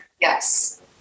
Yes